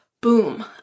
Boom